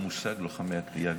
המושג "לוחמי הכליאה"